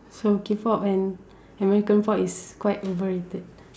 so K pop and American pop is quite overrated